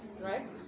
right